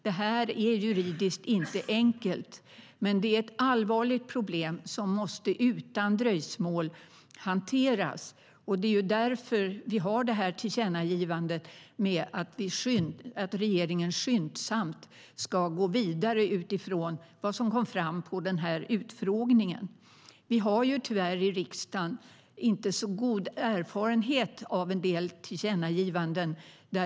Det här är inte juridiskt enkelt, men det är ett allvarligt problem som måste hanteras utan dröjsmål. Det är därför vi har gjort tillkännagivandet att regeringen skyndsamt ska gå vidare utifrån vad som kom fram vid utfrågningen. Vi i riksdagen har tyvärr inte så god erfarenhet av en del tillkännagivanden.